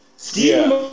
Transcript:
Steve